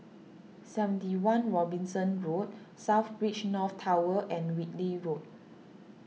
seventy one Robinson Road South Beach North Tower and Whitley Road